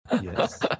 Yes